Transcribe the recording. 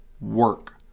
work